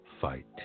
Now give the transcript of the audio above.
Fight